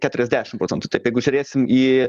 keturiasdešim procentų taip jeigu žiūrėsim į